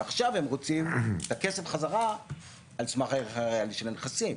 ועכשיו הם רוצים את הכסף חזרה על סמך הערך הריאלי של הנכסים,